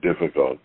difficult